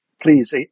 please